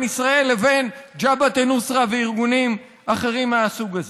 ישראל לבין ג'בהת א-נוסרה וארגונים אחרים מהסוג הזה.